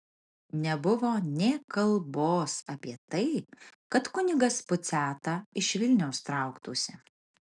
nebuvo nė kalbos apie tai kad kunigas puciata iš vilniaus trauktųsi